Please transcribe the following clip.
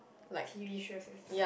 T_V shows and stuff